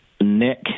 Nick